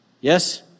Yes